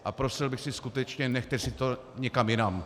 A prosil bych, skutečně, nechte si to někam jinam.